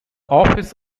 office